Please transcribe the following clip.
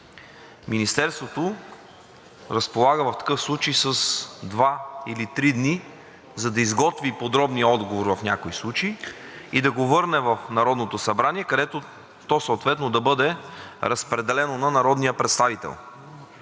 Министерството разполага в такъв случай с два или три дни, за да изготви подробния отговор в някои случаи и да го върне в Народното събрание, където то съответно да бъде разпределено на народния представител,